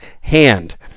hand